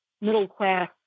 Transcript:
middle-class